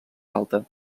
alt